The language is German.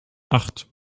acht